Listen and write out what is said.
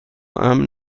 امن